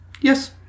Yes